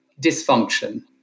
dysfunction